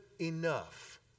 enough